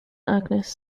agnes